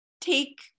take